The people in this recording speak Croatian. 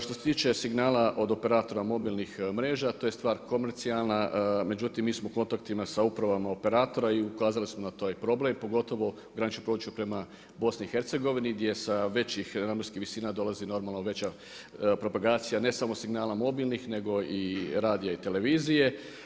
Što se tiče signala od operatora mobilnih mreža, to je stvar komercijalna, međutim mi smo u kontaktima sa upravama operatora i ukazali su na taj problem, pogotovo na graničnim područjima prema BiH gdje sa većih nadmorskih visina dolazi veća propagacija ne samo signala mobilnih nego i radija i televizije.